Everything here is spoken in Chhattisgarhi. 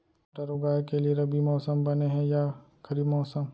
मटर उगाए के लिए रबि मौसम बने हे या खरीफ मौसम?